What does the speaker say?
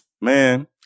Man